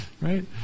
Right